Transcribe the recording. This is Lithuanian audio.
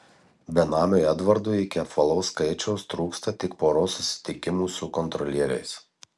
benamiui edvardui iki apvalaus skaičiaus trūksta tik poros susitikimų su kontrolieriais